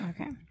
Okay